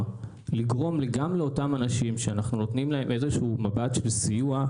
לגרום גם לאותם אנשים שאנחנו נותנים להם איזשהו מבט של סיוע,